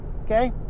okay